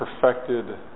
perfected